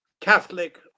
Catholic